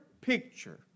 picture